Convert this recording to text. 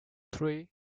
three